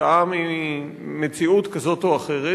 כתוצאה ממציאות כזאת או אחרת,